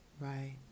Right